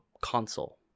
console